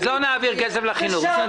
אז לא נעביר כסף לחינוך.